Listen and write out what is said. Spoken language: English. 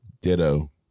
ditto